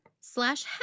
slash